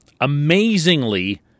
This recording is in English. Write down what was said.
Amazingly